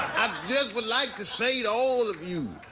i just would like to say to all of you,